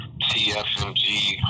TFMG